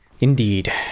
Indeed